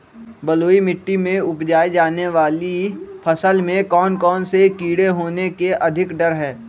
बलुई मिट्टी में उपजाय जाने वाली फसल में कौन कौन से कीड़े होने के अधिक डर हैं?